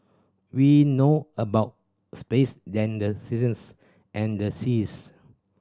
we know about space than the seasons and the seas